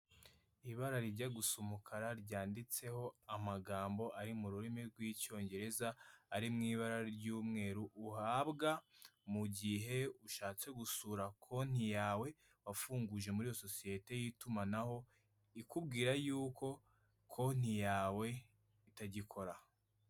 Ibara rijya gusa umukara ryanditseho amagambo ari mu rurimi rw'icyongereza ari mu ibara ry'umweru, uhabwa mu gihe ushatse gusura konti yawe wafunguje muri sosiyete, y'itumanaho ikubwira yuko konti yawe itagikora.